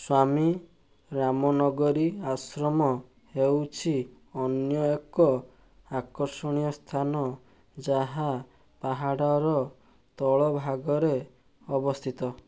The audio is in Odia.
ସ୍ୱାମୀ ରାମନଗରୀ ଆଶ୍ରମ ହେଉଛି ଅନ୍ୟ ଏକ ଆକର୍ଷଣୀୟ ସ୍ଥାନ ଯାହା ପାହାଡ଼ର ତଳ ଭାଗରେ ଅବସ୍ଥିତ